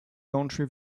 country